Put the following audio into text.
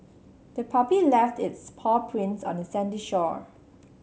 the puppy left its paw prints on the sandy shore